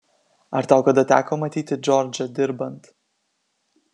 ar tau kada teko matyti džordžą dirbant